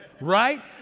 right